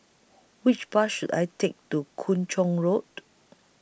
Which Bus should I Take to Kung Chong Road